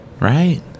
Right